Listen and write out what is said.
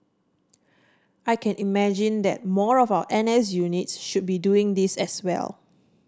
I can imagine that more of our N S units should be doing this as well